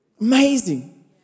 Amazing